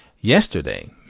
yesterday